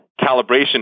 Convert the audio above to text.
calibration